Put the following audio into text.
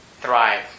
thrive